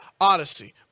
Odyssey